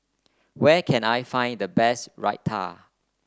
where can I find the best Raita